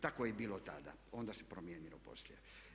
Tako je bilo tada, onda se promijenilo poslije.